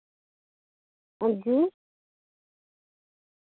हां जी